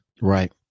Right